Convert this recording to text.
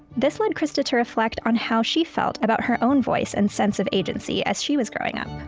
this led krista to reflect on how she felt about her own voice and sense of agency as she was growing up